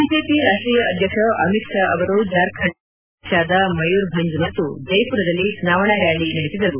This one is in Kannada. ಬಿಜೆಪಿ ರಾಷ್ಷೀಯ ಅಧ್ಯಕ್ಷ ಅಮಿತ್ ಷಾ ಅವರು ಜಾರ್ಖಂಡ್ನ ಪಲಾಮು ಒಡಿತಾದ ಮಯೂರ್ಭಂಜ್ ಮತ್ತು ಜೈಮರದಲ್ಲಿ ಚುನಾವಣಾ ರ್ಡಾಲಿ ನಡೆಸಿದರು